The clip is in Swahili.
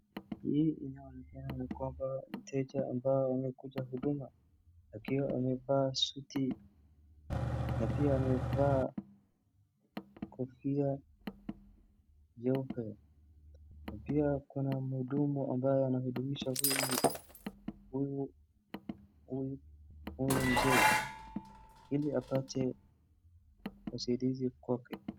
Hii inaonekana kwamba mteja ambaye amekuja huduma, akiwa amevaa suti na pia amevaa kofia nyeupe, na pia kuna mhudumu ambaye anahudumia huyu mzee, ili apate usaidizi kwake.